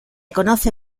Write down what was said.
conoce